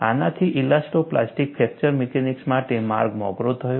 આનાથી elasto plastic fracture mechanics માટે માર્ગ મોકળો થયો